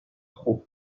trop